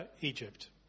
Egypt